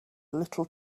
little